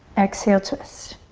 exhale twist.